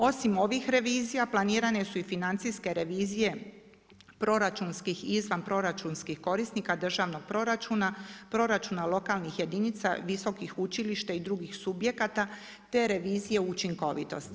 Osim ovih revizija, planirane su i financijske revizije proračunski i izvanproračunski korisnika državnog proračuna, proračuna, lokalnih jedinica, visokih učilišta i drugih subjekata, te revizija učinkovitosti.